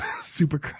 super